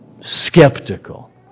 skeptical